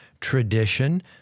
tradition